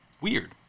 weird